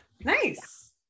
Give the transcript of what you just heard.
Nice